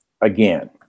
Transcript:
again